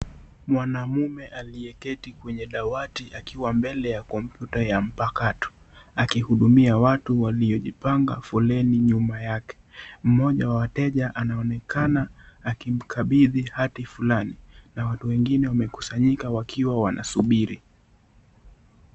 Mwanaume aliyeketi kwenye dawati akiwa mbele ya kompyuta ya mpakato, akihudumia watu waliojipanga foleni nyuma yake. Mmoja wa wateja anaonekana akimkabidhi hati flani na watu wengine wamekusanyika wakiwa wanasubiri .